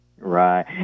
Right